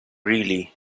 really